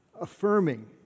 affirming